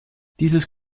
dieses